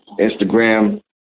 Instagram